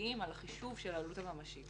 שמשפיעים על החישוב של העלות הממשית.